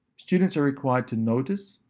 students are required to notice,